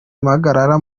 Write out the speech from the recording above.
impagarara